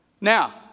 Now